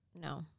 no